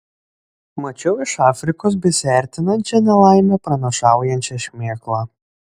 mačiau iš afrikos besiartinančią nelaimę pranašaujančią šmėklą